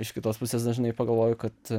iš kitos pusės aš žinai pagalvoju kad